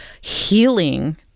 healing